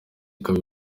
ikaba